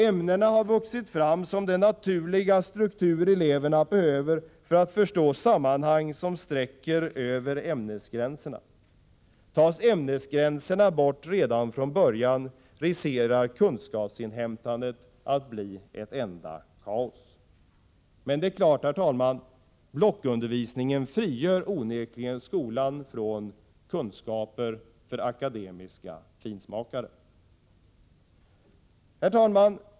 Ämnena har vuxit fram som den naturliga struktur eleverna behöver för att förstå sammanhang som sträcker över ämnesgränserna. Tas ämnesgränserna bort redan från början riskerar hela kunskapsinhämtandet att bli ett enda kaos. Men det är klart, herr talman, att blockundervisningen onekligen frigör skolan från ”kunskaper för akademiska finsmakare”. Herr talman!